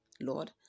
Lord